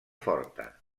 forta